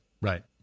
Right